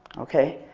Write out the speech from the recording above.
okay?